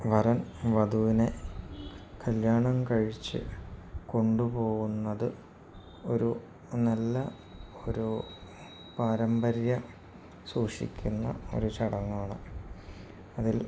വരൻ വധുവിനെ കല്യാണം കഴിച്ചു കൊണ്ടുപോകുന്നത് ഒരു നല്ല ഒരു പാരമ്പര്യം സൂക്ഷിക്കുന്ന ഒരു ചടങ്ങാണ് അതിൽ